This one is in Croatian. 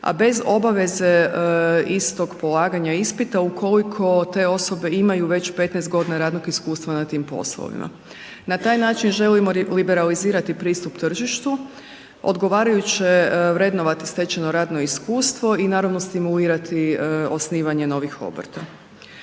a bez obaveze istog polaganja ispita ukoliko te osobe imaju već 15 godina radnog iskustva na tim poslovima. Na taj način želimo liberalizirati pristup tržištu, odgovarajuće vrednovati stečeno radno iskustvo i naravno, stimulirati osnivanje novih obrta.